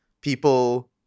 people